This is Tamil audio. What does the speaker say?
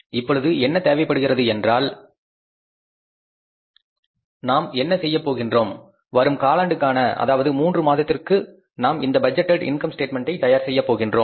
இப்பொழுது என்ன தேவைப்படுகின்றது என்றால் நாம் என்ன செய்யப் போகின்றோம் வரும் காலாண்டுக்கான அதாவது மூன்று மாதத்திற்கு நாம் இந்த பட்ஜெட் இன்கம் ஸ்டேட்மெண்ட்டை தயார் செய்ய போகின்றோம்